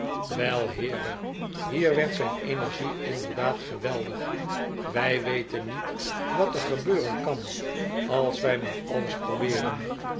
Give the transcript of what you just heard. wei heere hier werd zijn energie inderdaad geweldig wij weten niet wat er gebeuren kan als wij maar alles probeeren